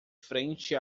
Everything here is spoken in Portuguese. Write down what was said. frente